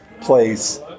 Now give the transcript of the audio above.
place